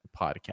Podcast